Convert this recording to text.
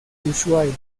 ushuaia